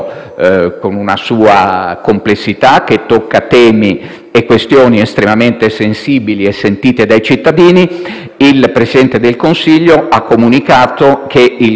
questioni estremamente sensibili e sentite dai cittadini, il Presidente del Consiglio ha comunicato che il Governo, dopo l'approfondimento, ritiene opportuno che ci sia un